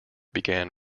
began